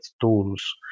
tools